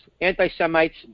anti-Semites